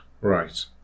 Right